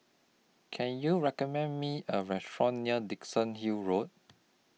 Can YOU recommend Me A Restaurant near Dickenson Hill Road